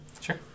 Sure